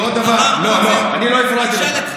אמרנו, לא, לא הפרעתי לך.